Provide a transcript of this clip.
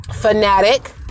fanatic